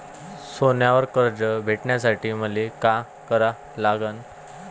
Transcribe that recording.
सोन्यावर कर्ज भेटासाठी मले का करा लागन?